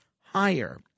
higher